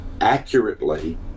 accurately